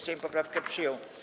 Sejm poprawkę przyjął.